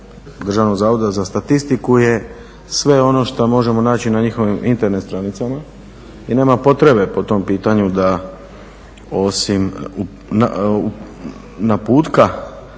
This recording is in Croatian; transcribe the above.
Državnog zavoda za statistiku je sve ono što možemo naći na njihovim internet stranicama i nema potrebe po tom pitanju da osim naputka